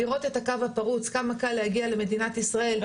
לראות את הקו הפרוץ - כמה קל להגיע למדינת ישראל.